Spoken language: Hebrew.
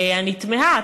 ואני תמהה.